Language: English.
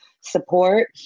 support